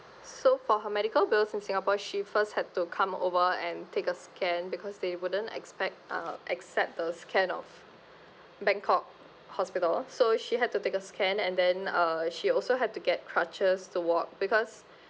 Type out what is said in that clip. so for her medical bills in singapore she first had to come over and take a scan because they wouldn't expect uh accept the scan of bangkok hospital so she had to take a scan and then uh she also had to get crutches to walk because